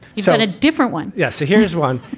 he's got a different one. yes. here's one.